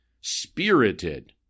spirited